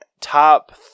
top